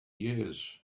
years